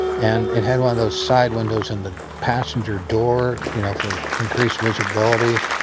and it had one of those side windows in the passenger door, you know, for increased visibility.